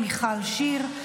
מיכל שיר,